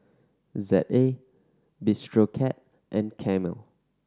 Z A Bistro Cat and Camel